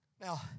Now